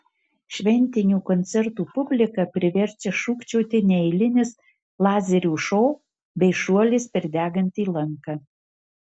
šventinių koncertų publiką priverčia šūkčioti neeilinis lazerių šou bei šuolis per degantį lanką